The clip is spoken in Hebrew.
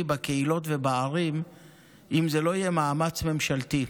בקהילות ובערים אם זה לא יהיה מאמץ ממשלתי.